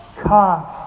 cost